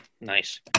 nice